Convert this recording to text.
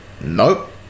Nope